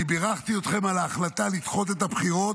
כשבירכתי אתכם על ההחלטה לדחות את הבחירות,